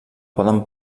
poden